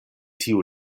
tiu